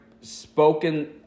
Spoken